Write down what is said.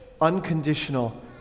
unconditional